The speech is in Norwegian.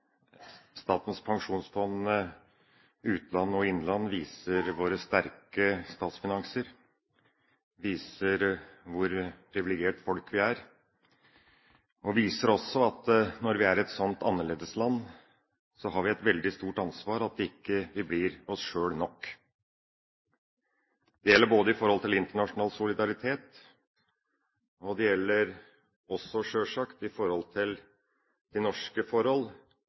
Statens pensjonsfond utland og innland viser våre sterke statsfinanser og viser hvilket privilegert folk vi er. Det viser også at når vi er et sånt annerledesland, har vi et veldig stort ansvar for at vi ikke blir oss sjøl nok. Det gjelder både i forhold til internasjonal solidaritet, og det gjelder, sjølsagt, i forhold til de norske forhold,